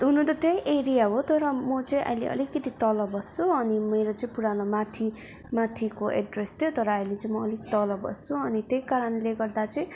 हुनु त त्यही एरिया हो तर म चाहिँ अहिले अलिकति तल बस्छु अनि मेरो चाहिँ पुरानो माथि माथिको एड्रेस थियो तर अहिले चाहिँ म अलिक तल बस्छु अनि त्यही कारणले गर्दा चाहिँ